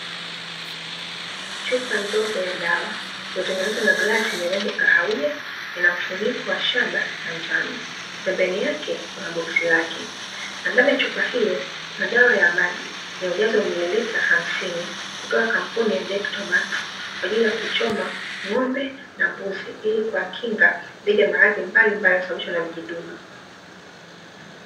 Chupa ndogo ya dawa iliyotengenezwa na glasi yenye rangi ya kahawia, ina mfuniko wa shaba na njano. Pembeni yake kuna boksi lake na ndani ya chupa hiyo kuna dawa ya maji yenye ujazo wa mililita hamsini kutoka kampuni ya "DECTOMAX", kwa ajili ya kuchoma ng'ombe na mbuzi ili kuwakinga dhida ya maradhi mbalimbali yanayosababishwa na vidudu.